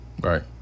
Right